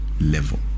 level